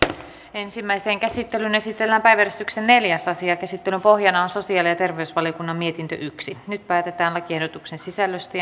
ensimmäiseen käsittelyyn esitellään päiväjärjestyksen neljäs asia käsittelyn pohjana on sosiaali ja ja terveysvaliokunnan mietintö yksi nyt päätetään lakiehdotuksen sisällöstä